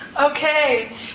Okay